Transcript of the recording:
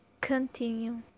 continue